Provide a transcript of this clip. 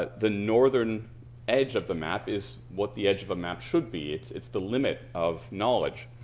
ah the northern edge of the map is what the edge of a map should be. it's it's the limit of knowledge,